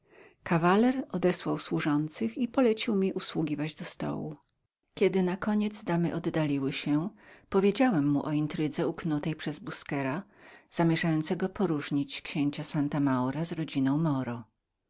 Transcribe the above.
kawaler odesłał służących i polecił ml usługiwać do stołu kiedy na koniec damy oddaliły się powiedziałem mu o intrydze uknutej przez busquera zamierzającego poróżnić księcia santa maura z rodziną moro